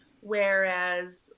whereas